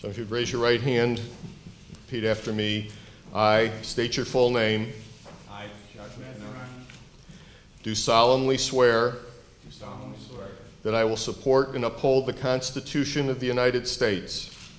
so if you raise your right hand pete after me i state your full name i do solemnly swear that i will support in uphold the constitution of the united states